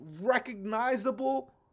recognizable